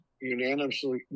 unanimously